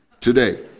today